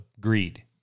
greed